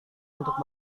untuk